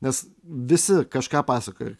nes visi kažką pasakoja kad